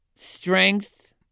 strength